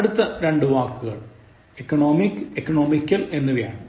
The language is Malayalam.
അടുത്ത രണ്ടു വാക്കുകൾ economic economical എന്നിവയാണ്